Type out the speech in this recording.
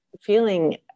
feeling